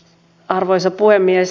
arvoisa puhemies